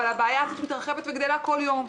הבעיה הזאת מתרחבת וגדלה כל יום.